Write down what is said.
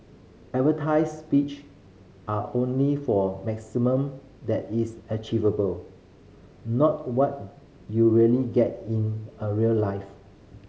advertised speed are only for maximum that is achievable not what you really get in a real life